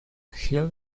hill